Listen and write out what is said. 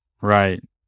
Right